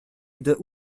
gdy